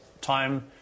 time